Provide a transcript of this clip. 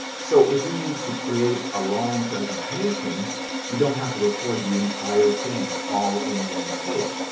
so, if you need to create a long presentation you don't have to record the entire thing all in one take,